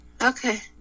Okay